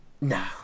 no